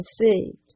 conceived